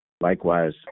Likewise